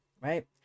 right